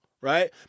right